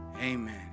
Amen